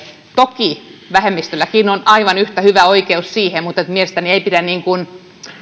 toki vähemmistölläkin on aivan yhtä hyvä oikeus siihen mutta mielestäni ei pidä ehkä